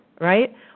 right